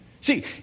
See